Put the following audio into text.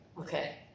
Okay